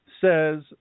says